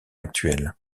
actuels